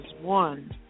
one